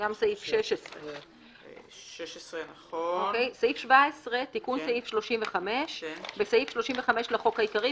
גם סעיף 16. "תיקון סעיף 35 17. בסעיף 35 לחוק העיקרי,